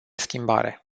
schimbare